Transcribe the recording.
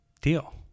Deal